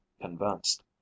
convinced